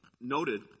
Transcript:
noted